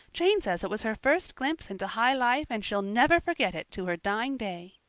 jane says it was her first glimpse into high life and she'll never forget it to her dying day.